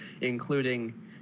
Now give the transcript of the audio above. including